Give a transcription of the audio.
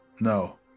No